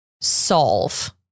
solve